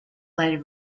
later